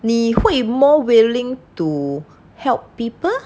你会 more willing to help people